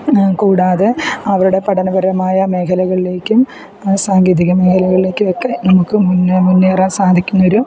കൂടാതെ അവരുടെ പഠനപരമായ മേഖലകളിലേക്കും സാങ്കേതിക മേഖലകളിലേക്കും ഒക്കെ നമുക്ക് മുന്നേ മുന്നേറാൻ സാധിക്കുന്ന ഒരു